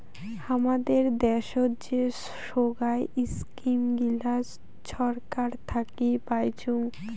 হামাদের দ্যাশোত যে সোগায় ইস্কিম গিলা ছরকার থাকি পাইচুঙ